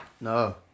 No